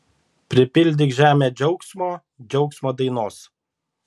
pripildyk žemę džiaugsmo džiaugsmo dainos